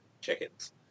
chickens